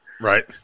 Right